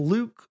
Luke